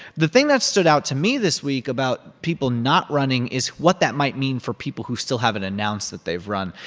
the thing that stood out to me this week about people not running is what that might mean for people who still haven't announced that they've run.